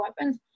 weapons